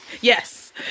Yes